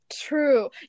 true